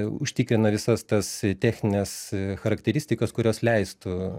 užtikrina visas tas technines charakteristikas kurios leistų